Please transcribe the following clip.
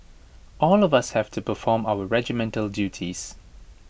all of us have to perform our regimental duties